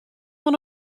fan